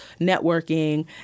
networking